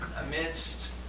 amidst